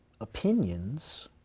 opinions